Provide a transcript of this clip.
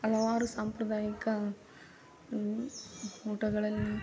ಹಲವಾರು ಸಾಂಪ್ರದಾಯಿಕ ಊಟಗಳಲ್ಲಿ